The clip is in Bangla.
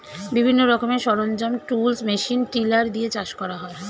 বিভিন্ন রকমের সরঞ্জাম, টুলস, মেশিন টিলার দিয়ে চাষ করা হয়